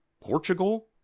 Portugal